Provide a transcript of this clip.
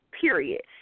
Period